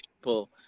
people